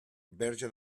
verge